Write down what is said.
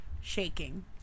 shaking